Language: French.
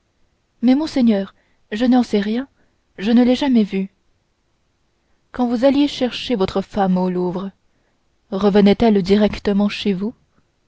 mais monseigneur je n'en sais rien je ne l'ai jamais vue quand vous alliez chercher votre femme au louvre revenait elle directement chez vous